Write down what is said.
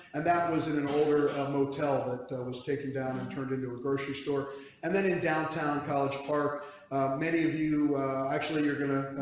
and that was in an older motel that that was taken down and turned into a grocery store and then in downtown college park many of you actually, you're going to.